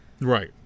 Right